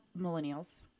millennials